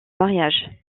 mariage